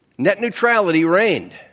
net neutrality reigned,